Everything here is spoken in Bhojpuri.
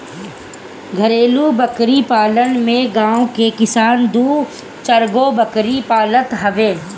घरेलु बकरी पालन में गांव के किसान दू चारगो बकरी पालत हवे